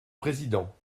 président